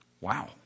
Wow